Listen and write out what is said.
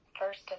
First